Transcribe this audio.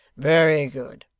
very good.